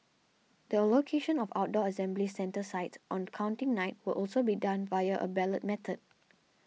the allocation of outdoor assembly centre sites on Counting Night will also be done via a ballot method